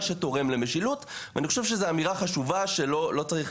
שתורם למשילות ואני חושב שזה אמירה חשובה שלא צריך